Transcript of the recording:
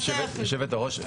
היושבת-ראש,